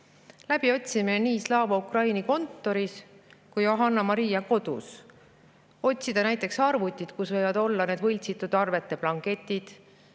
läbi otsima nii Slava Ukraini kontori kui ka Johanna‑Maria kodu, otsima näiteks arvuteid, kus võivad olla võltsitud arvete blanketid,